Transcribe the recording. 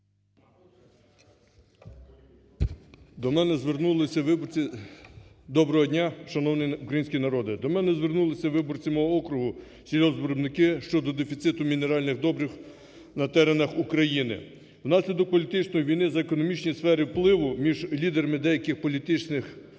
Доброго дня, шановний український народе! До мене звернулися виборці мого округу, сільгоспвиробники щодо дефіциту мінеральних добрив на теренах України. Внаслідок політичної війни за економічні сфери впливу між лідерами деяких політичних сил